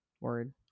word